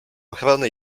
ochrony